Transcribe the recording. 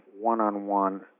one-on-one